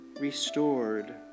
restored